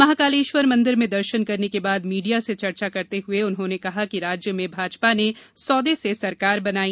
महाकलेश्वर मंदिर में दर्शन करने के बाद मीडिया से चर्चा करते हुए उन्होंने कहा कि राज्य में भाजपा ने सौदे से सरकार बनाई